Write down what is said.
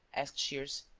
asked shears.